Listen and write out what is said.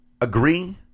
agree